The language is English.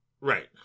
Right